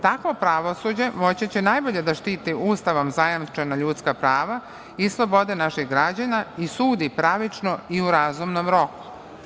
Tako pravosuđe moći će najbolje da štiti ustavom zajamčena ljudska prava i slobode naših građana i sudi pravično i u razumnom roku.